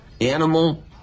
Animal